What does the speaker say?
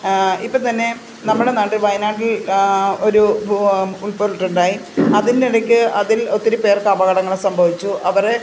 ഇപ്പം തന്നെ നമ്മളെ നാട്ടിൽ വയനാട്ടിൽ ഒരു ഉരുൾപൊട്ടൽ ഉണ്ടായി അതിൻ്റെ ഇടയ്ക്ക് അതിൽ ഒത്തിരി പേർക്ക് അപകടങ്ങൾ സംഭവിച്ചു അവരെ